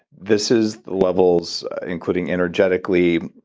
this is the levels, including energetically,